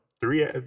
three